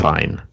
Fine